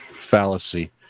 fallacy